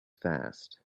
fast